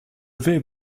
vais